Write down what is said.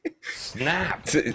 Snapped